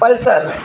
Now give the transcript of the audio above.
pulsar